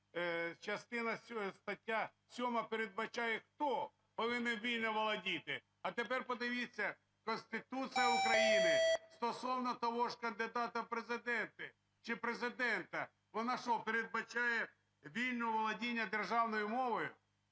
частина... стаття 7 передбачає, хто повинен вільно володіти. А тепер подивіться, Конституція України, стосовно того ж кандидата в Президенти чи Президента, вона що, передбачає вільне володіння державною мовою?